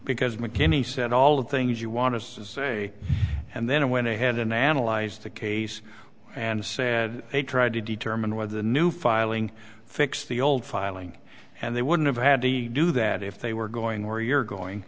because mckinney said all the things you want to say and then i went ahead and analyzed the case and said they tried to determine whether the new filing fixed the old filing and they wouldn't have had to do that if they were going where you're going